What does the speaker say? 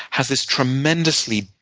has this tremendously,